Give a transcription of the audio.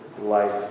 life